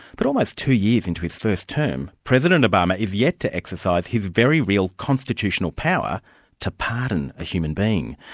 but almost two years into his first time, president obama is yet to exercise his very real constitutional power to pardon a human being.